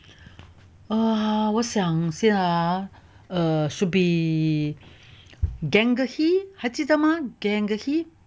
啊我想一下啊 err should be gangehi 还记得吗 gangehi